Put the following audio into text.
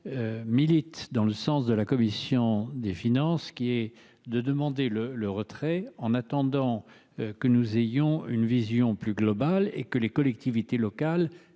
milite dans le sens de la commission des finances, qui est de demander le le retrait, en attendant que nous ayons une vision plus globale et que les collectivités locales